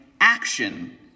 action